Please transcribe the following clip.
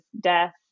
death